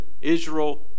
Israel